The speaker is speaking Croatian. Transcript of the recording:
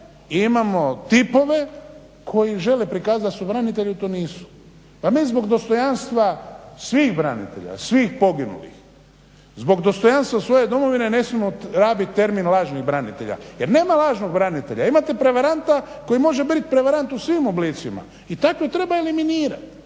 imamo tipove koji žele prikazati da su branitelji, a to nisu. Pa mi zbog dostojanstva svih branitelja, svih poginulih, zbog dostojanstva svoje domovine ne smijemo rabit termin lažni branitelj, jer nema lažnog branitelja, imate prevaranta koji može bit prevarant u svim oblicima i takve treba eliminirat,